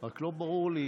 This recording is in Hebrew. רק לא ברור לי,